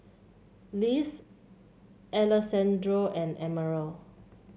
Liz Alessandro and Emerald